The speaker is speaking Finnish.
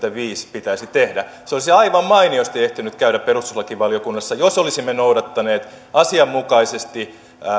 pitäisi tehdä se olisi aivan mainiosti ehtinyt käydä perustuslakivaliokunnassa jos olisimme noudattaneet asianmukaisesti